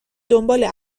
دنبال